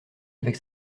avec